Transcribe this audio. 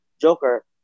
Joker